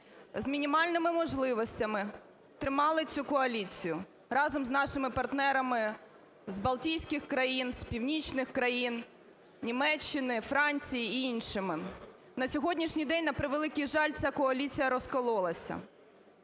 з мінімальними можливостями тримали цю коаліцію разом з нашими партнерами з балтійських країн, з північних країн, Німеччини, Франції і іншими. На сьогоднішній день, на превеликий жаль, ця коаліція розкололася.